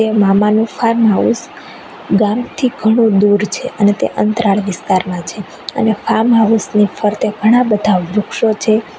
તે મામાનું farm house ગામથી ઘણું દૂર છે અને તે અંતરિયાળ વિસ્તારમાં છે અને ફાર્મ હાઉસની ફરતે ઘણાં બધાં વૃક્ષો છે